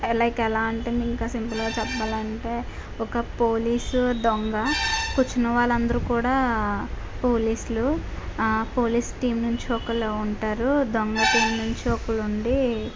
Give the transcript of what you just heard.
alike ఎలా అంటే ఇంకా సింపుల్గా చెప్పాలంటే ఒక పోలీసు దొంగ కూర్చున్న వాళ్ళందరూ కూడా పోలీసులు ఆ పోలీస్ టీమ్ నుంచి ఒకరు ఉంటారు దొంగతనం నుంచి ఒకరు ఉండి